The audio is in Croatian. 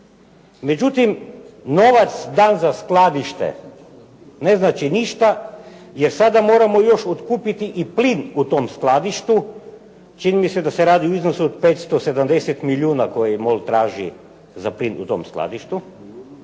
Međutim, novac dan za skladište ne znači ništa jer sada moramo još otkupiti još i plin u tom skladištu, čini i se da se radi u iznosu od 570 milijuna koje MOL traži za plin u tom skladištu.